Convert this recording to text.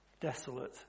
desolate